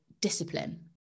discipline